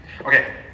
Okay